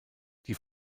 die